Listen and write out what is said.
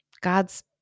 God's